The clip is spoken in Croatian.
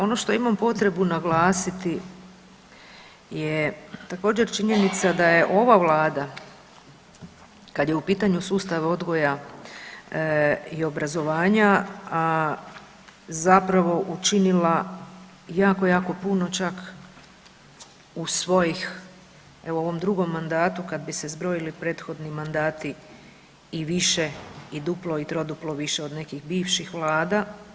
Ono što imam potrebu naglasiti je također činjenica da je ova Vlada kad je u pitanju sustav odgoja i obrazovanja zapravo učinila jako, jako puno čak u svojih evo u ovom drugom mandatu kad bi se zbrojili prethodni mandati i više i duplo i troduplo više od nekih bivših vlada.